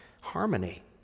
harmony